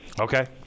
Okay